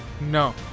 No